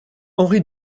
henri